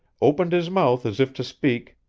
opened his mouth as if to speak,